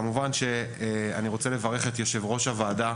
כמובן שאני רוצה לברך את יושב ראש הוועדה,